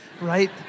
right